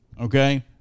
okay